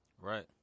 Right